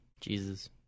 Jesus